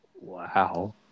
Wow